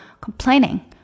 Complaining